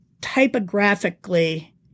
typographically